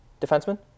defenseman